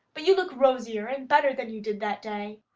but you look rosier and better than you did that day.